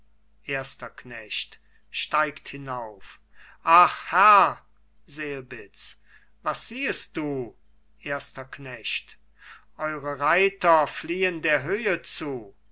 erster knecht steigt hinauf ach herr selbitz was siehest du erster knecht eure reiter fliehen der höhe zu